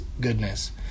goodness